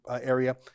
area